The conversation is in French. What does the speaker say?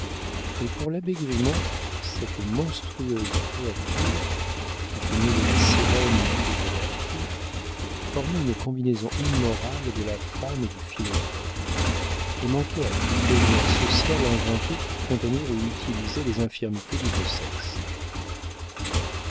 mais pour l'abbé grimont cette monstrueuse créature qui tenait de la sirène et de l'athée formait une combinaison immorale de la femme et du philosophe et manquait à toutes les lois sociales inventées pour contenir ou utiliser les infirmités du beau sexe